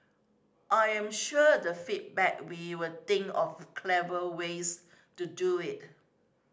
I am sure the feedback we'll think of clever ways to do it